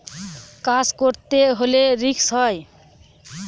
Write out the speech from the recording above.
কাজ করতে হলে রিস্ক হয়